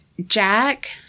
Jack